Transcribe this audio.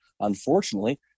Unfortunately